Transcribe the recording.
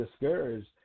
discouraged